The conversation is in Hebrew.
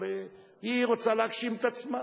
היא רוצה להגשים את עצמה.